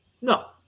No